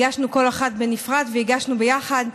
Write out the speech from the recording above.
הגשנו כל אחת בנפרד והגשנו ביחד,